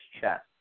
chest